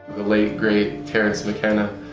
late great terence mckenna.